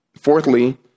fourthly